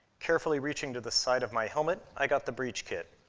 carefully reaching to the side of my helmet, i got the breach kit.